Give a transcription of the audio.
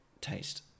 Taste